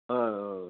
ஆ ஆ ஆ